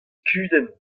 kudenn